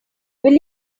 will